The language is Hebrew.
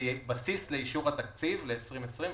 שהיא בסיס לאישור התקציב ל-2020.